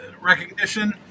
recognition